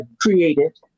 created